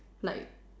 like